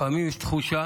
לפעמים יש תחושה